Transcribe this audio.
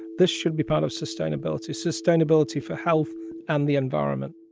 this should be part of sustainability, sustainability for health and the environment